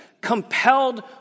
compelled